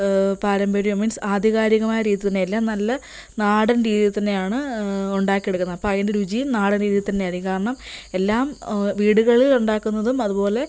പാരമ്പര്യം മീൻസ് ആധികാരികമായ രീതിയിൽ തന്നെ എല്ലാം നല്ല നാടൻ രീതിയിൽ തന്നെയാണ് ഉണ്ടാക്കിയെടുക്കുന്നത് അപ്പോൾ അതിൻ്റെ രുചിയും നാടൻ രീതിയിൽ തന്നെയായിരിക്കും കാരണം എല്ലാം വീടുകളിൽ ഉണ്ടാക്കുന്നതും അതുപോലെ